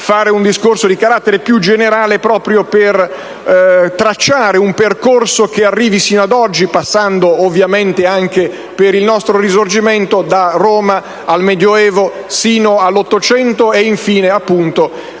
fare un discorso di carattere più generale proprio per tracciare un percorso che arrivi sino ad oggi, passando ovviamente per il nostro Risorgimento, da Roma al Medioevo, sino all'Ottocento, proprio